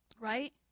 right